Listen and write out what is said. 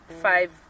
five